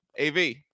AV